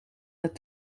het